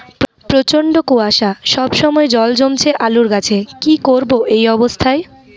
প্রচন্ড কুয়াশা সবসময় জল জমছে আলুর গাছে কি করব এই অবস্থায়?